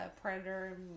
predator